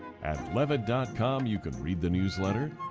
at levitt dot com you can read the newsletter,